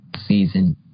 season